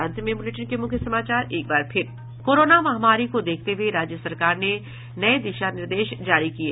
और अब अंत में मुख्य समाचार कोरोना महामारी को देखते हुए राज्य सरकार ने नये दिशा निर्देश जारी किये